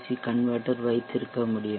C converter வைத்திருக்க முடியும்